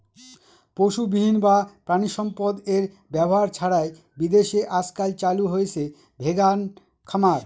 পশুবিহীন বা প্রানীসম্পদ এর ব্যবহার ছাড়াই বিদেশে আজকাল চালু হয়েছে ভেগান খামার